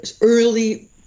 early